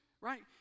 right